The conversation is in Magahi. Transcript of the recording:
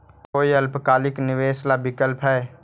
कोई अल्पकालिक निवेश ला विकल्प हई?